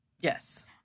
Yes